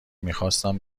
میخواستم